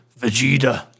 Vegeta